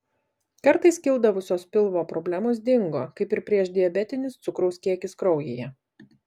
kartais kildavusios pilvo problemos dingo kaip ir priešdiabetinis cukraus kiekis kraujyje